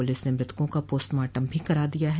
police ने मृतकों का पोस्टमार्टम भी करा दिया है